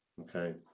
okay